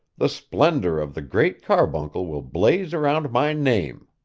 the splendor of the great carbuncle will blaze around my name